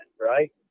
right